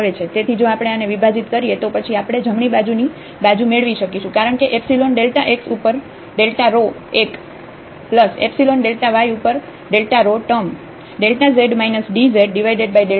તેથી જો આપણે આને વિભાજીત કરીએ તો પછી આપણે જમણી બાજુની બાજુ મેળવી શકીશું કારણ કે એપ્સીલોન x ઉપર rho એક એપ્સીલોન yઉપર રો ટર્મ